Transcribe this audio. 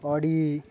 Audi